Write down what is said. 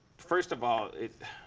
first of all,